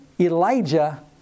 Elijah